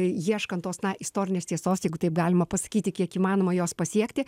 ieškant tos na istorinės tiesos jeigu taip galima pasakyti kiek įmanoma jos pasiekti